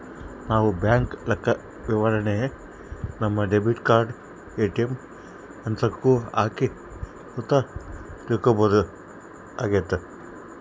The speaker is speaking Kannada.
ನಾವು ಬ್ಯಾಂಕ್ ಲೆಕ್ಕವಿವರಣೆನ ನಮ್ಮ ಡೆಬಿಟ್ ಕಾರ್ಡನ ಏ.ಟಿ.ಎಮ್ ಯಂತ್ರುಕ್ಕ ಹಾಕಿ ಸುತ ತಿಳ್ಕಂಬೋದಾಗೆತೆ